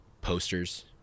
posters